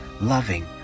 loving